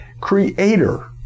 Creator